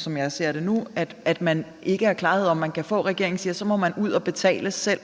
som jeg ser det nu, vil være en lang række uddannelser, som man ikke har klarhed over om man kan få. Regeringen siger, at man må ud at betale selv,